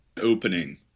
opening